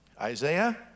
Isaiah